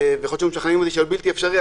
ויכול להיות שהיו משכנעים אותי שהיה בלתי אפשרי,